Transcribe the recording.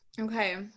Okay